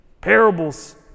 parables